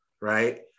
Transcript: Right